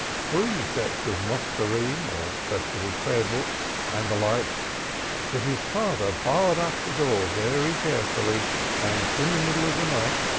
three sets of machzorim or festival prayer-books, and the like that his father barred up the door very carefully and in the middle of the night,